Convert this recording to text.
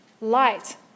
Light